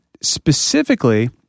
specifically